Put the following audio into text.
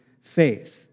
faith